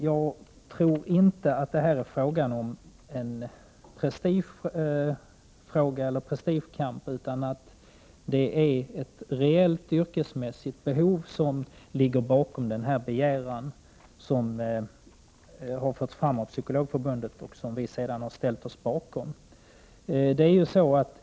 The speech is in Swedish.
Jag tror inte att det här är fråga om en prestigekamp utan att det är ett reellt yrkesmässigt behov som ligger bakom den begäran som förts fram av Psykologförbundet och som vi sedan har ställt oss bakom.